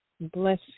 bless